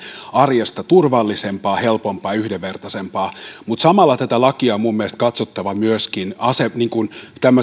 arjesta turvallisempaa helpompaa ja yhdenvertaisempaa mutta samalla tätä lakia on mielestäni katsottava myöskin